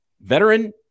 veteran